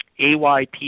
AYP